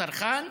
הצרכן,